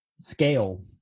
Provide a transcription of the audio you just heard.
scale